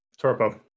Torpo